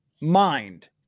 mind